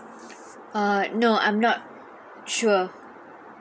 uh no I'm not sure